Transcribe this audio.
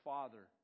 Father